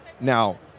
now